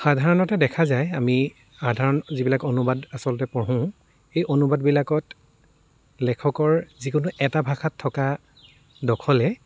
সাধাৰণতে দেখা যায় আমি সাধাৰণ যিবিলাক অনুবাদ আচলতে পঢ়োঁ এই অনুবাদবিলাকত লেখকৰ যিকোনো এটা ভাষাত থকা দখলে